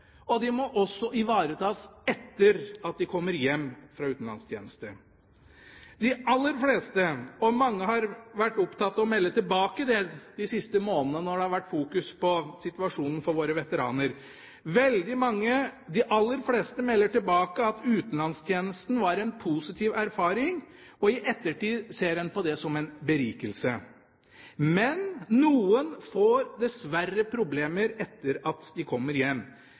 og de må også ivaretas etter at de kommer hjem fra utenlandstjeneste. Mange har vært opptatt av å melde tilbake det de siste månedene, når det har vært fokus på situasjonen for våre veteraner. Veldig mange, og de aller fleste, melder tilbake at utenlandstjenesten var en positiv erfaring, og i ettertid ser en på det som en berikelse. Men noen får dessverre problemer etter at de kommer hjem.